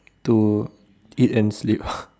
to eat and sleep